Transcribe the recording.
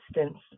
instance